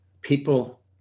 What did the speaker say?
people